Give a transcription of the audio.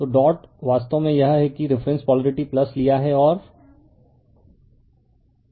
तो डॉट वास्तव में यह है कि रिफरेन्स पोलारिटी लिया है और डॉट भी रिफरेन्स होगा